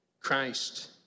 Christ